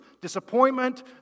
Disappointment